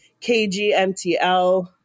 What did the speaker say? KGMTL